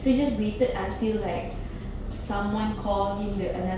suited switches waited until like someone call him to